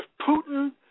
Putin